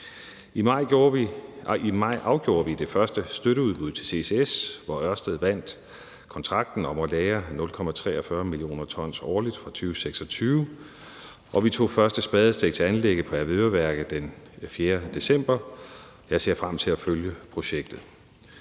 I maj afgjorde vi det første støtteudbud til ccs, hvor Ørsted vandt kontrakten om at lagre 0,43 mio. t årligt fra 2026, og vi tog første spadestik til anlægget på Avedøreværket den 4. december. Jeg ser frem til at følge projektet.